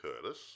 Curtis